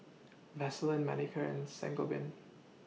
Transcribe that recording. Vaselin Manicare and Sangobion